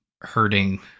hurting